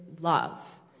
love